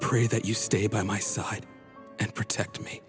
pray that you stay by my side and protect